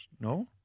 no